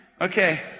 Okay